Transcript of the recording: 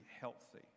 healthy